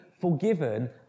forgiven